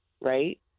right